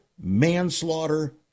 manslaughter